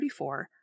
34